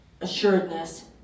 assuredness